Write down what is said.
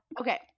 Okay